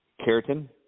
Keratin